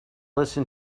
listen